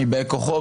מבאי כוחו,